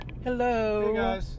Hello